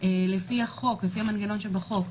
לפי המנגנון שבחוק,